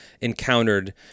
encountered